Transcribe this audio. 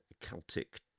Celtic